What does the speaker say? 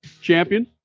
champion